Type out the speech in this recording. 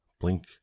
blink